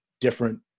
different